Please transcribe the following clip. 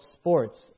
sports